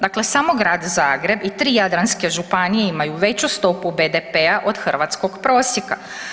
Dakle samo Grad Zagreb i 3 jadranske županije imaju veću stopu BDP-a od hrvatskog prosjeka.